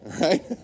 right